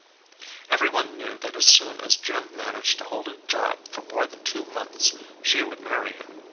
every one knew that as soon as jim managed to hold a job for more than two months she would marry him.